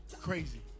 Crazy